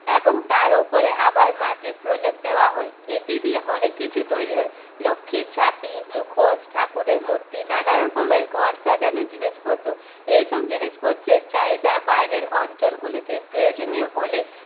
এবং তার উপরে আবার মাটির প্রলেপ দেওয়া হয় এটি দিয়ে অনেক কিছু তৈরি হয় লক্ষ্মীর ঝাঁপি মুখোশ ঠাকুরের মূর্তি নানারকমের ঘর সাজানোর জিনিসপত্র এইসব জিনিসপত্রের চাহিদা বাইরের অঞ্চলগুলিতে প্রয়োজনীয় বলে